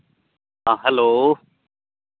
ᱦᱮᱸ ᱦᱮᱞᱳ